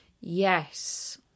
Yes